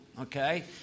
okay